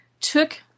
took